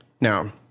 Now